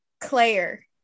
Claire